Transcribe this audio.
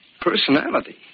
Personality